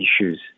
issues